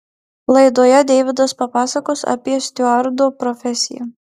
laidoje deividas papasakos apie stiuardo profesiją